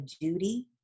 duty